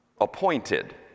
appointed